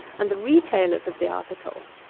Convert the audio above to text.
and the retailers of the article!